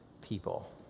people